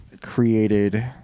created